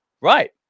Right